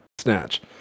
Snatch